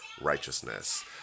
righteousness